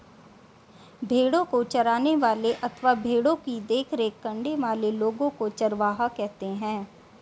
भेड़ों को चराने वाले अथवा भेड़ों की देखरेख करने वाले लोगों को चरवाहा कहते हैं